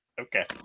Okay